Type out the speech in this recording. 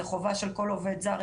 זו חובה של כל עובד זר,